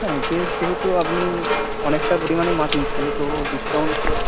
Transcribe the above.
হ্যাঁ যেহেতু আপনি অনেকটা পরিমাণে মাছ নিচ্ছেন তো ডিসকাউন্ট তো